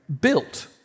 built